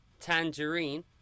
Tangerine